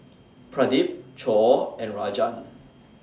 Pradip Choor and Rajan